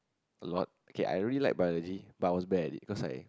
a lot okay I really like biology but was bad it cause I